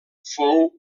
fou